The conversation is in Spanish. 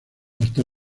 hasta